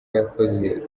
yakoze